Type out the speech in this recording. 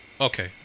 Okay